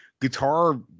guitar